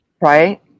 Right